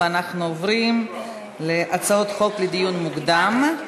אנחנו עוברים להצעות חוק לדיון מוקדם.